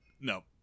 no